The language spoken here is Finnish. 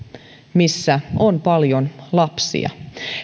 missä on paljon lapsia